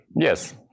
Yes